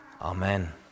Amen